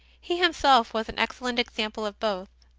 he himself was an ex cellent example of both.